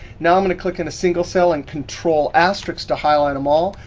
now, i'm going to click in a single cell and control asterisks to highlight them all,